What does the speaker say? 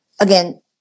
again